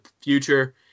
future